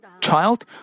child